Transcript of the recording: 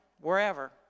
wherever